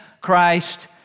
Christ